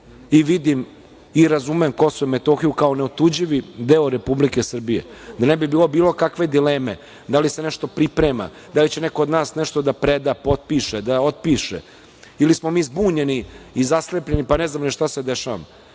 Vidim i razumem Kosovo i Metohiju kao neotuđivi deo Republike Srbije. Da ne bi bilo bilo kakve dileme da li se nešto priprema, da li će neko od nas nešto da preda, potpiše, da otpiše, ili smo mi zbunjeni i zaslepljeni, pa ne znamo ni šta se dešava,